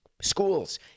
schools